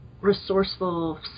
resourceful